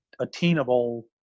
attainable